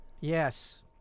Yes